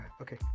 Okay